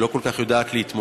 שלא כל כך יודעת להתמודד